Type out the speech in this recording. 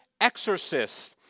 exorcists